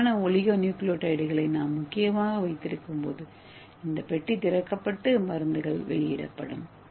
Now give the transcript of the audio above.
சரியான ஒலிகோநியூக்ளியோடைடுகளை நாம் முக்கியமாக வைத்திருக்கும்போது இந்த பெட்டி திறக்கப்பட்டு மருந்துகள் வெளியிடப்படும்